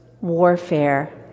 warfare